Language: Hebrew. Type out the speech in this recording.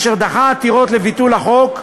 אשר דחה עתירות לביטול החוק,